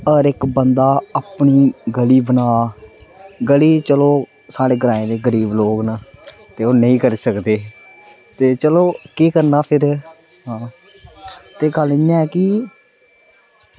हर इक बंदा अपनी गली बनाऽ गली चलो साढ़े ग्रांऐं दे गरीब लोग न ओह् नेईं करी सकदे ते चलो केह् करना फिर आं ते गल्ल इ'यां कि